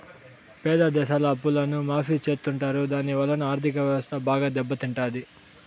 పేద దేశాల అప్పులను మాఫీ చెత్తుంటారు దాని వలన ఆర్ధిక వ్యవస్థ బాగా దెబ్బ తింటాది